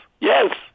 yes